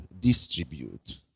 distribute